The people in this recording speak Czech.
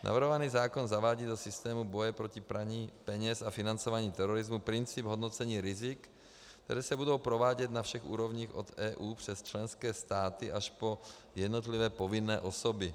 Navrhovaný zákon zavádí do systému boje proti praní peněz a financování terorismu princip hodnocení rizik, která se budou provádět na všech úrovních od EU přes členské státy až po jednotlivé povinné osoby.